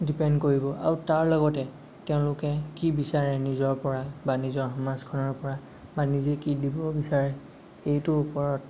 depend কৰিব আৰু তাৰ লগতে তেওঁলোকে কি বিচাৰে নিজৰ পৰা বা নিজৰ সমাজখনৰ পৰা বা নিজে কি দিব বিচাৰে এইটোৰ ওপৰত